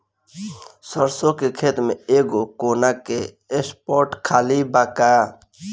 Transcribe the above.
सरसों के खेत में एगो कोना के स्पॉट खाली बा का?